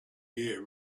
year